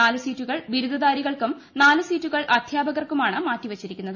നാലു സീറ്റുകൾ ബിരുദധാരികൾക്കും നാലു സീറ്റുകൾ അധ്യാപകർക്കുമാണ് മാറ്റിവച്ചിരിക്കുന്നത്